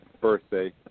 birthday